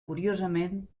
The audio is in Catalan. curiosament